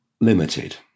limited